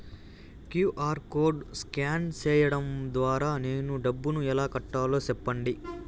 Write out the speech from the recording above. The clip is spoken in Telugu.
క్యు.ఆర్ కోడ్ స్కాన్ సేయడం ద్వారా నేను డబ్బును ఎలా కట్టాలో సెప్పండి?